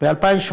2018,